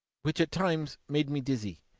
which at times made me dizzy.